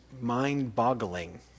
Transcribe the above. mind-boggling